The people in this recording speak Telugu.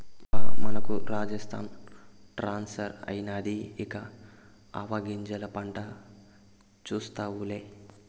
బా మనకు రాజస్థాన్ ట్రాన్స్ఫర్ అయినాది ఇక ఆవాగింజల పంట చూస్తావులే